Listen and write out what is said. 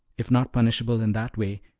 if not punishable in that way,